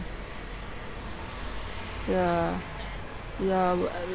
ya ya